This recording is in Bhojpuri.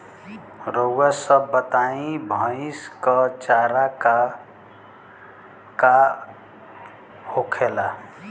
रउआ सभ बताई भईस क चारा का का होखेला?